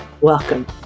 Welcome